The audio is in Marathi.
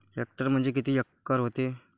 हेक्टर म्हणजे किती एकर व्हते?